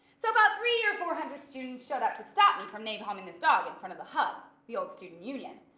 so about three or four hundred students showed up to stop me from napalming this dog in front the hub, the old student union.